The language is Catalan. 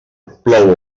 plou